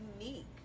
unique